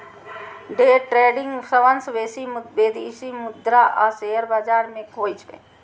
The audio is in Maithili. डे ट्रेडिंग सबसं बेसी विदेशी मुद्रा आ शेयर बाजार मे होइ छै